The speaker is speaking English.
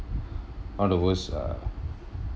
one of the worst uh